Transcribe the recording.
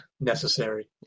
Necessary